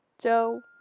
Joe